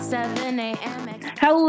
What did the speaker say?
Hello